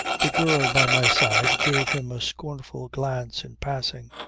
the girl by my side gave him a scornful glance in passing.